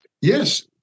Yes